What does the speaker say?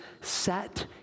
set